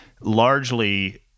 largely